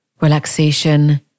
relaxation